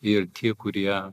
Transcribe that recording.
ir tie kurie